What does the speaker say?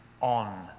on